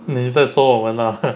你在说我们啦